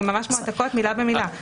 הן ממש מועתקות מילה במילה.